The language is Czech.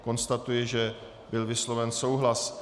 Konstatuji, že byl vysloven souhlas.